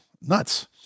nuts